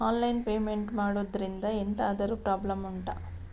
online payment ಮಾಡುದ್ರಿಂದ ಎಂತಾದ್ರೂ problem ಉಂಟಾ